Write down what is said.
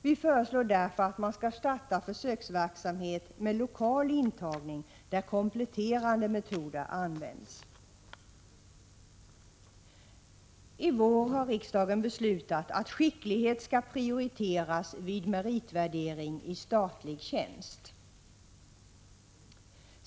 Vi föreslår därför att man skall starta försöksverksamhet med lokal intagning där kompletterande metoder används. I vår har riksdagen beslutat att skicklighet skall prioriteras vid meritvärdering i statlig tjänst.